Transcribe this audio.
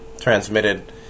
transmitted